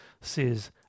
says